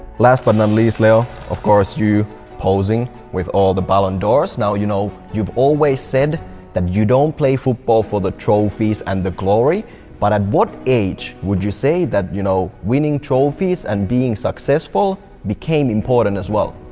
last but not least leo, of course you posing with all the ballon d'ors. you know you've always said that you don't play football for the trophies and the glory but at what age would you say that you know winning trophies and being successful became important aswell?